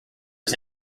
was